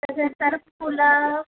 तसं तर फुलं